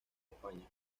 españa